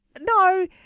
no